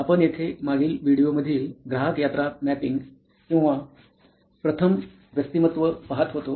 आपण येथे मागील व्हिडिओमधील ग्राहक यात्रा मॅपिंग किंवा प्रथम व्यक्तिमत्व पाहत होतो